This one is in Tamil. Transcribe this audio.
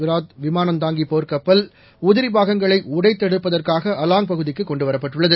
விராத் விமானந்தாங்கி போர்க்கப்பல் உதிரி பாகங்களை உடைத்தெடுப்பதற்காக அலாங் பகுதிக்கு கொண்டு வரப்பட்டுள்ளது